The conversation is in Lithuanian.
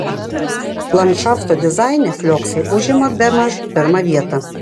landšafto dizaine flioksai užima bemaž pirmą vietą